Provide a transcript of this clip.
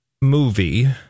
movie